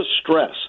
stress